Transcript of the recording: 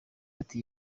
ati